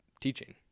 teaching